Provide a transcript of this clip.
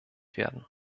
werden